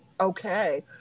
okay